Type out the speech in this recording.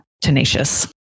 tenacious